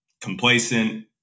complacent